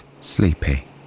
sleepy